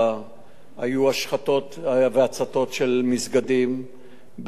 היו השחתות והצתות של מסגדים בתוך הארץ,